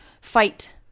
fight